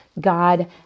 God